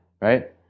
Right